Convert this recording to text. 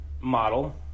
model